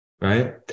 right